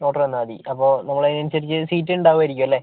order തന്നാൽ മതി അപ്പം നമ്മൾ അതനുസരിച്ച് സീറ്റ് ഉണ്ടാവുമായിരിക്കും അല്ലേ